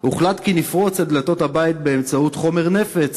הוחלט כי נפרוץ את דלתות הבית באמצעות חומר נפץ,